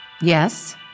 Yes